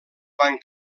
van